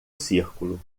círculo